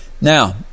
Now